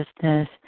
business